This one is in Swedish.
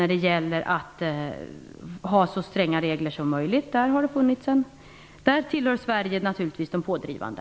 När det gäller att ha så stränga regler som möjligt tillhör Sverige naturligtvis de pådrivande.